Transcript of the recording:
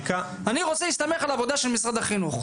אני רוצה להסתמך על העבודה של משרד החינוך.